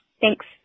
Thanks